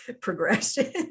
progression